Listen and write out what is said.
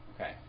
Okay